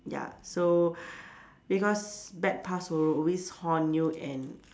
ya so because bad past will always haunt you and